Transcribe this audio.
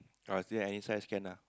ah still any size can lah